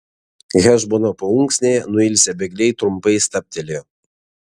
hešbono paunksnėje nuilsę bėgliai trumpai stabtelėjo